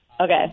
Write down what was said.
Okay